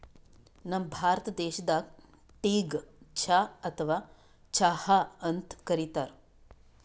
ನಮ್ ಭಾರತ ದೇಶದಾಗ್ ಟೀಗ್ ಚಾ ಅಥವಾ ಚಹಾ ಅಂತ್ ಕರಿತಾರ್